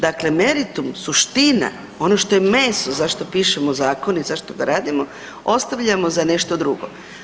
Dakle, meritum, suština, ono što je meso, zašto pišemo zakone i zašto ga radimo, ostavljamo za nešto drugo.